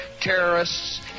terrorists